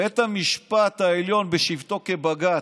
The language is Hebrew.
בית המשפט העליון בשבתו כבג"ץ,